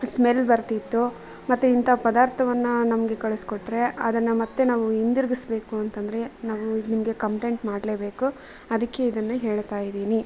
smell ಬರ್ತಿತ್ತು ಮತ್ತು ಇಂಥ ಪದಾರ್ಥವನ್ನ ನಮಗೆ ಕಳಿಸಿಕೊಟ್ರೆ ಅದನ್ನು ಮತ್ತು ನಾವು ಹಿಂದಿರುಗಿಸ್ಬೇಕು ಅಂತಂದರೆ ನಾವು ನಿಮಗೆ ಕಂಪ್ಲೇಂಟ್ ಮಾಡಲೇಬೇಕು ಅದಕ್ಕೆ ಇದನ್ನು ಹೇಳ್ತಾಯಿದಿನಿ